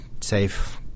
safe